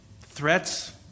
threats